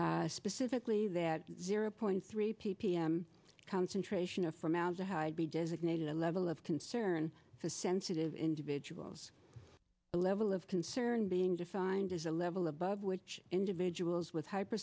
advisory specifically that zero point three ppm concentration of formaldehyde be designated a level of concern for sensitive individuals a level of concern being defined as a level above which individuals with hyper